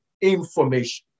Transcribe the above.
information